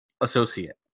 associate